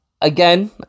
again